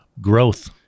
Growth